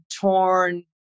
torn